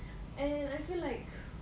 and I feel like